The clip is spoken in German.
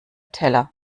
teller